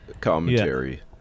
commentary